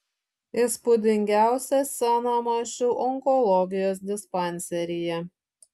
įspūdingiausią sceną mačiau onkologijos dispanseryje